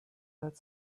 that